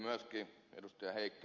heikkisen ja ed